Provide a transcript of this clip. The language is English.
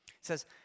says